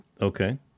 Okay